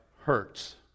hurts